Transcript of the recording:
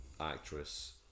actress